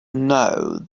know